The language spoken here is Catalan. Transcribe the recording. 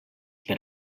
per